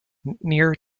near